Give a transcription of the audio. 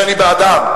שאני בעדו,